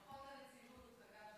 חוק שוויון